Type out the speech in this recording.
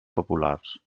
populars